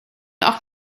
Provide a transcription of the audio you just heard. auch